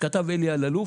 שכתב אלי אלאלוף,